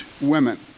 women